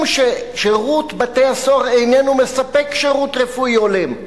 ששירות בתי-הסוהר איננו מספק שירות רפואי הולם.